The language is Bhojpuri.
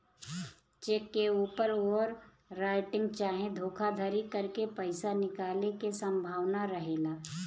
चेक के ऊपर ओवर राइटिंग चाहे धोखाधरी करके पईसा निकाले के संभावना रहेला